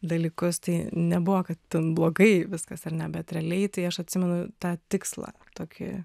dalykus tai nebuvo kad ten blogai viskas ar ne bet realiai tai aš atsimenu tą tikslą tokį